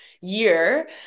year